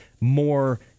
more